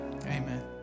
Amen